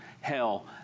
hell